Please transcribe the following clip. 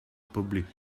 public